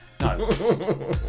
No